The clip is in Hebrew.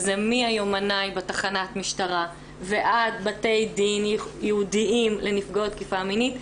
וזה מהיומנאי בתחנת משטרה ועד בתי דין ייעודים לנפגעות תקיפה מינית,